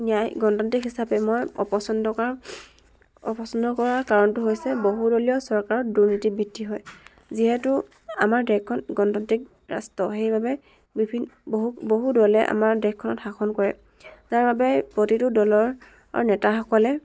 ন্যায় গণতান্ত্ৰিক হিচাপে মই অপচন্দ কৰাৰ অপচন্দ কৰাৰ কাৰণটো হৈছে বহুদলীয় চৰকাৰত দুৰ্নীতি বৃদ্ধি হয় যিহেতু আমাৰ দেশখন গণতান্ত্ৰিক ৰাষ্ট্ৰ সেইবাবে বিভিন্ন বহু বহু দলে আমাক দেশখনত শাসন কৰে তাৰবাবে প্ৰতিটো দলৰ অ' নেতাসকলে